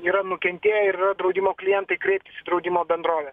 yra nukentėję yra draudimo klientai kreiptis draudimo bendrovę